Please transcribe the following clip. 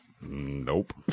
Nope